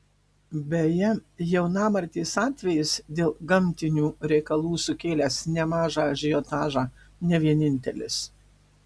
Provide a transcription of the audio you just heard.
beje jaunamartės atvejis dėl gamtinių reikalų sukėlęs nemažą ažiotažą ne vienintelis